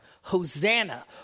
Hosanna